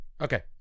Okay